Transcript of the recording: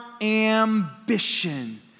ambition